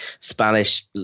Spanish